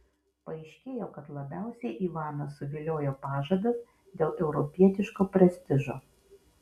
paaiškėjo kad labiausiai ivaną suviliojo pažadas dėl europietiško prestižo